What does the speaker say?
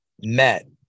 met